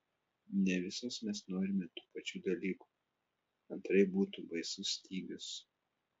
ne visos mes norime tų pačių dalykų antraip būtų baisus stygius